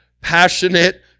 passionate